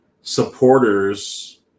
supporters